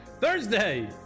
Thursday